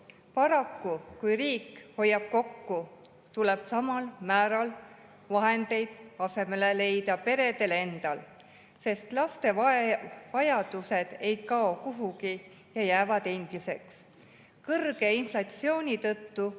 Paraku, kui riik hoiab kokku, tuleb samal määral vahendeid asemele leida peredel endal, sest laste vajadused ei kao kuhugi ja jäävad endiseks. Kõrge inflatsiooni tõttu